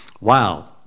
Wow